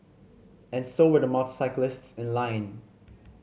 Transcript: and so were the motorcyclists in line